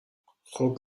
خوب